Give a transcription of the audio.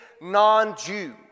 non-Jew